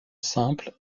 simple